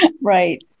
Right